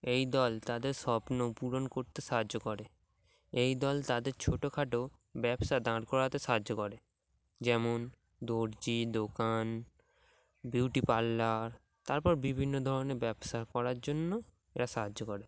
এই দল তাদের স্বপ্ন পূরণ করতে সাহায্য করে এই দল তাদের ছোটখাটো ব্যবসা দাঁড় করাতে সাহায্য করে যেমন দর্জি দোকান বিউটি পার্লার তারপর বিভিন্ন ধরনের ব্যবসা করার জন্য এরা সাহায্য করে